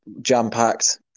jam-packed